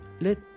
Let